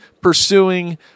pursuing